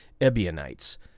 Ebionites